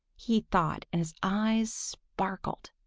he thought, and his eyes sparkled.